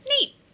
neat